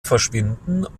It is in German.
verschwinden